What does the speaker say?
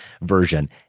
version